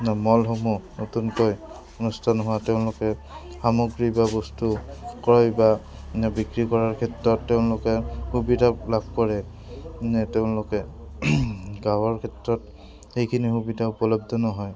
মলসমূহ নতুনকৈ অনুষ্ঠান হোৱা তেওঁলোকে সামগ্ৰী বা বস্তু ক্ৰয় বা বিক্ৰী কৰাৰ ক্ষেত্ৰত তেওঁলোকে সুবিধা লাভ কৰে তেওঁলোকে গাঁৱৰ ক্ষেত্ৰত সেইখিনি সুবিধা উপলব্ধ নহয়